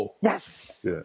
Yes